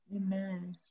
Amen